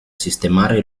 sistemare